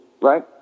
right